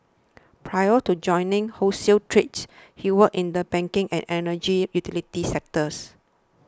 prior to joining wholesale trade he worked in the banking and energy utilities sectors